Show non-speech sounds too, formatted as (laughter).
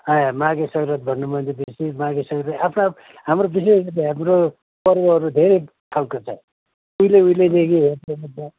ए माघे सङ्क्रान्ति भन्नु मैले बिर्सेँ माघे सङ्क्रान्ति आफ्नो आफ् हाम्रो विशेषगरी हाम्रो पर्वहरू धेरै खालको छ उहिले उहिलेदेखि (unintelligible)